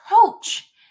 coach